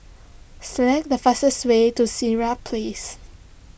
select the fastest way to Sirat Place